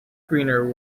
greener